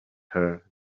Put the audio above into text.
her